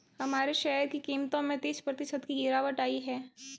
हमारे शेयर की कीमतों में तीस प्रतिशत की गिरावट आयी है